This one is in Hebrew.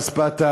אספתא,